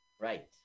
Right